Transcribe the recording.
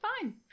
fine